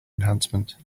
enhancement